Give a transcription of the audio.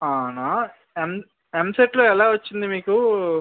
అవునా ఎం ఎంసెట్లో ఎలా వచ్చింది మీకు